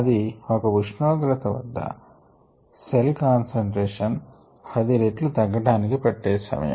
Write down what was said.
అది ఒక ఉష్ణోగ్రత వద్ద వయబుల్ సెల్ కాన్సంట్రేషన్ 10రెట్లు తగ్గటానికి పట్టే సమయం